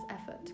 effort